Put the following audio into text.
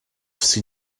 sydd